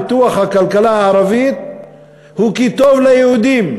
פיתוח הכלכלה הערבית הוא כי זה טוב ליהודים,